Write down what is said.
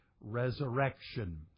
resurrection